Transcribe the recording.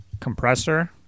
compressor